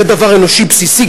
זה דבר אנושי בסיסי,